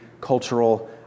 cultural